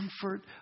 Comfort